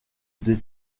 des